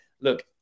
Look